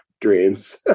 dreams